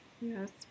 Yes